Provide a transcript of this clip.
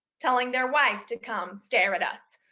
telling their wife to come stare at us.